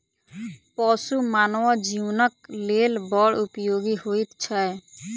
पशु मानव जीवनक लेल बड़ उपयोगी होइत छै